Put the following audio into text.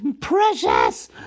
precious